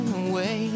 away